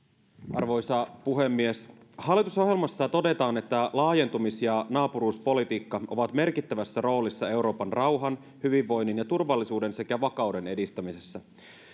arvoisa puhemies hallitusohjelmassa todetaan että laajentumis ja naapuruuspolitiikka ovat merkittävässä roolissa euroopan rauhan hyvinvoinnin ja turvallisuuden sekä vakauden edistämisessä